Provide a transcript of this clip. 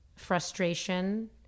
frustration